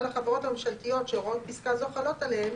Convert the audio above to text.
החברות הממשלתיות שהוראות פסקה זו חלות עליהן,